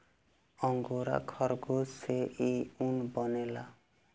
angora खरगोश से इ ऊन बनेला